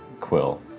Quill